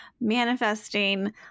manifesting